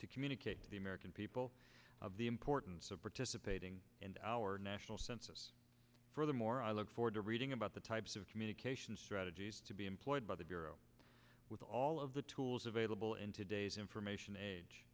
to communicate to the american people of the importance of participating and our national census furthermore i look forward to reading about the types of communication strategies to be employed by the bureau with all of the tools available in today's information age